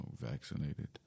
vaccinated